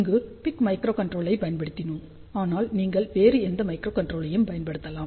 இங்கு pic மைக்ரோகண்ட்ரோலரைப் பயன்படுத்தினோம் ஆனால் நீங்கள் வேறு எந்த மைக்ரோகண்ட்ரோலரையும் பயன்படுத்தலாம்